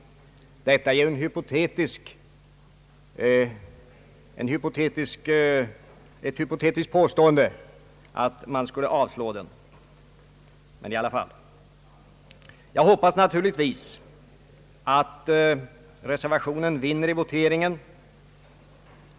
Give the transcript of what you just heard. Det är ju ett hypotetiskt påstående att riksdagsmajoriteten skulle avslå reservationen, och jag hoppas naturligtvis att reservationen vinner i voteringen.